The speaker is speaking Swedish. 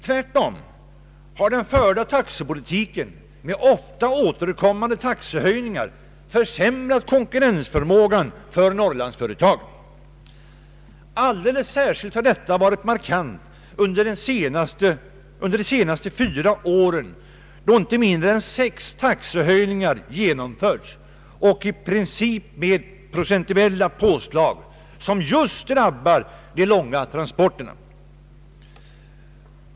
Tvärtom har den förda taxepolitiken med ofta återkommande taxehöjningar försämrat - konkurrensförmågan = för Norrlandsföretagen. Alldeles särskilt har detta varit markant under de senaste fyra åren då inte mindre än sex taxehöjningar har genomförts och i princip med procentuella påslag som just drabbar de långa transporterna.